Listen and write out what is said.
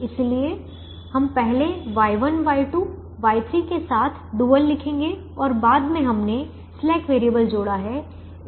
इसलिए हम पहले Y1 Y2 Y3 के साथ डुअल लिखेंगे और बाद में हमने स्लैक वैरिएबल जोड़ा है